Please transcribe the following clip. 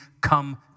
come